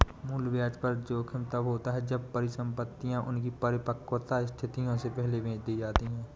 मूल्य ब्याज दर जोखिम तब होता है जब परिसंपतियाँ उनकी परिपक्वता तिथियों से पहले बेची जाती है